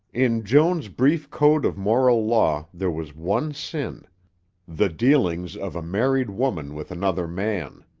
in joan's brief code of moral law there was one sin the dealings of a married woman with another man.